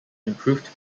improved